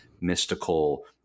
mystical